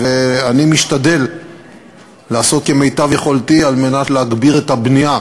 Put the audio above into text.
אני משתדל לעשות כמיטב יכולתי על מנת להגביר את הבנייה,